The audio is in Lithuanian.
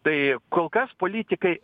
tai kol kas politikai